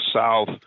south